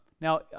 now